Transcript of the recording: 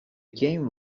game